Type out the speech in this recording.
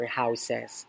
houses